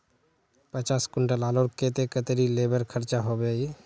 पचास कुंटल आलूर केते कतेरी लेबर खर्चा होबे बई?